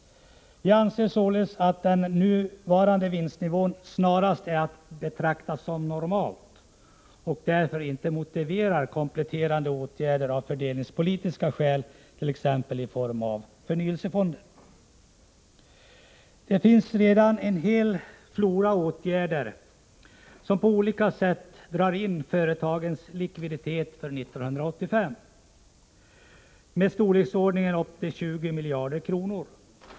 Jag anser således att den nuvarande vinstnivån snarast är att betrakta som normal, och därför inte motiverar kompletterande åtgärder av fördelningspolitiska skäl, t.ex. i form av förnyelsefonder. Det finns redan en hel flora åtgärder som på olika sätt drar in företagens likviditet för 1985 med storleksordningen 20 miljarder kronor.